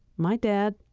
my dad,